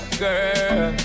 girl